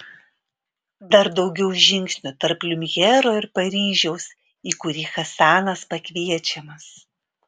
dar daugiau žingsnių tarp liumjero ir paryžiaus į kurį hasanas pakviečiamas